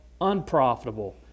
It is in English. unprofitable